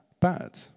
bad